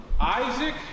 Isaac